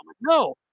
no